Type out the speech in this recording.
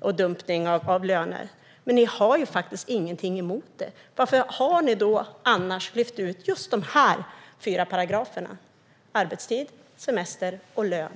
och dumpning av löner. Men ni har faktiskt ingenting emot det. Varför har ni annars lyft ut just de här fyra paragraferna, som gäller arbetstid, semester och lön?